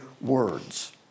words